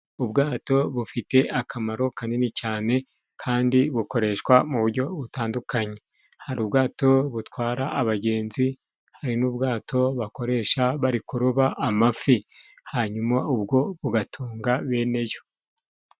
Ubwato bufite akamaro kanini cyane kandi bukoreshwa mu ubujyo butandukanye, hari ubwato butwara abagenzi hari n'ubwato bakoresha bari kuroba amafi. Hanyuma ubwo bugatunga bene yo.